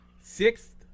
Sixth